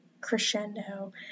crescendo